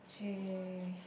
she